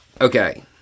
Okay